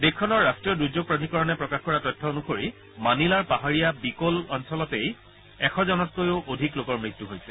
দেশখনৰ ৰাষ্ট্ৰীয় দূৰ্যোগ প্ৰাধিকৰণে প্ৰকাশ কৰা তথ্য অনুসৰি মানিলাৰ পাহাৰীয়া বিকল অঞ্চলতেই এশজনতকৈও অধিক লোকৰ মৃত্যু হৈছে